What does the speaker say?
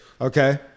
Okay